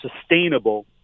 sustainable